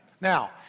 Now